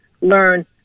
learn